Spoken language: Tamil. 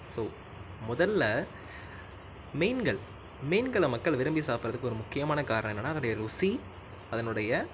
ஸோ முதல்ல மீன்கள் மீன்களை மக்கள் விரும்பி சாப்பிட்றதுக்கு ஒரு முக்கியமான காரணம் என்னன்னா அதோடைய ருசி அதனுடைய